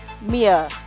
Mia